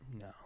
No